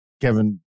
Kevin